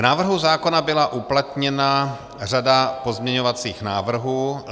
K návrhu zákona byla uplatněna řada pozměňovacích návrhů.